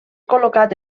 col·locat